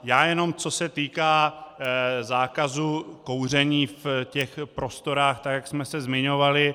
Já jenom co se týká zákazu kouření v těch prostorách, tak jak jsme se zmiňovali.